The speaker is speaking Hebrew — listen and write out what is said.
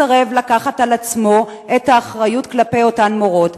מסרב לקחת על עצמו את האחריות כלפי אותן מורות.